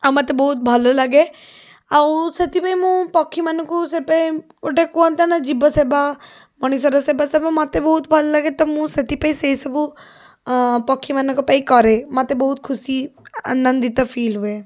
ଆଉ ମୋତେ ବହୁତ ଭଲଲାଗେ ଆଉ ସେଥିପାଇଁ ମୁଁ ପକ୍ଷୀମାନଙ୍କୁ ସେ ଟାଇମ୍ ଗୋଟେ କୁହନ୍ତିନା ଜୀବସେବା ମଣିଷର ସେବା ସବୁ ମୋତେ ବହୁତ ଭଲଲାଗେ ତ ମୁଁ ସେଥିପାଇଁ ସେସବୁ ଅଁ ପକ୍ଷୀମାନଙ୍କପାଇଁ କରେ ମୋତେ ବହୁତ ଖୁସି ଆନନ୍ଦିତ ଫିଲ୍ ହୁଏ